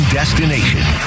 destination